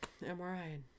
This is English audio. MRI